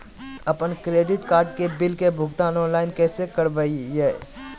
अपन credit card के bill के भुगतान ऑनलाइन कैसे करबैय?